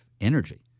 energy